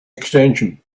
extension